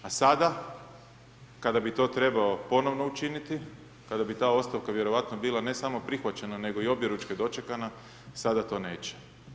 A sada kada bi to trebao ponovno učiniti, kada bi ta ostavka vjerovatno bila ne samo prihvaćena nego i objeručke dočekana, sada to neće.